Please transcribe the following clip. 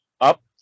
up